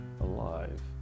alive